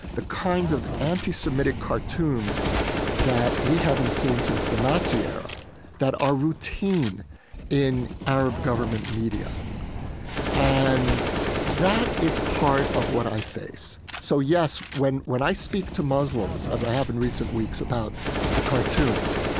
the kinds of anti-semitic cartoons that we haven't seen since the nazi era that are routine in arab government media and that is part of what i face. so yes, when when i speak to muslims as i have in recent weeks about the cartoons,